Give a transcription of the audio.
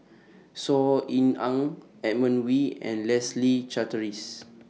Saw Ean Ang Edmund Wee and Leslie Charteris